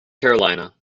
carolina